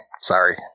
sorry